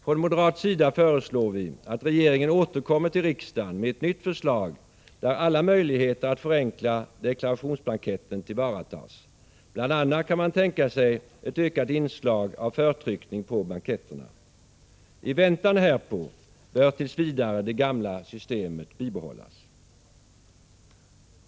Från moderat sida föreslår vi att regeringen återkommer till riksdagen med ett nytt förslag, där alla möjligheter att förenkla deklarationsblanketten tillvaratas. Bl.a. kan man tänka sig ett ökat inslag av förtryckning på blanketterna. I väntan härpå bör tills vidare det gamla systemet bibehållas.